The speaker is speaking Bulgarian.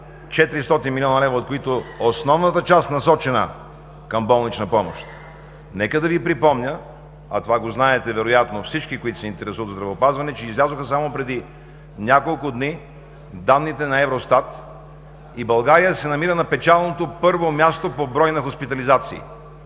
400 млн. лв., от които основната част е насочена към болнична помощ. Нека да Ви припомня, а това го знаете вероятно всички, които се интересуват от здравеопазване, че излязоха само преди няколко дни данните на Евростат и България се намира на печалното първо място по брой на хоспитализации.